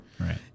Right